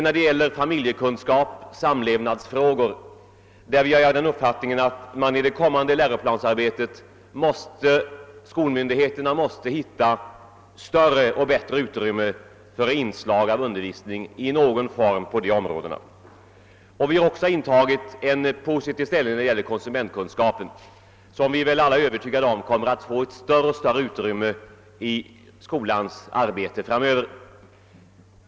När det gäller familjekunskap, samlevnadsfrågor, har vi den uppfattningen att skolmyndigheterna i det kommande läroplansarbetet måste finna större utrymme för inslag av undervisning på dessa områden. Vi har också intagit en positiv hållning när det gäller konsumentkunskapen, som vi väl alla är övertygade om kommer att få allt större utrymme i skolans arbete framöver.